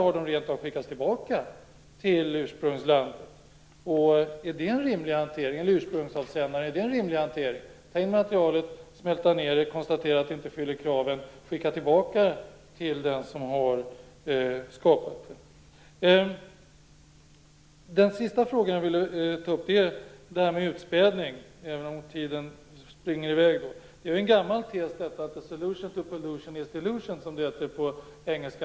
Har de rent av skickats tillbaka till ursprungsavsändaren? Är det en rimlig hantering att ta in materialet, smälta ned det, konstatera att det inte uppfyller kraven, och sedan skicka tillbaka till den som har skapat det? Den sista frågan gäller utspädning. Tiden springer iväg. Det är en gammal tes att the solution to pollution is dilution, som det heter på engelska.